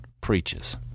preaches